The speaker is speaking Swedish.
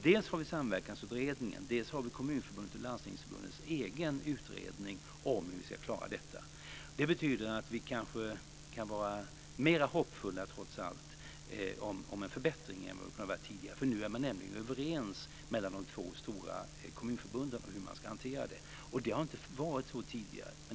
Dels har vi Samverkansutredningens betänkande, dels har vi Landstingsförbundets och Kommunförbundets egen utredning om hur vi ska klara detta. Det betyder att vi kanske kan vara mera hoppfulla - trots allt - om en förbättring än vad vi har kunnat vara tidigare. Nu är de två stora kommunförbunden överens om hur detta ska hanteras. Det har inte varit så tidigare.